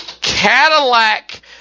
Cadillac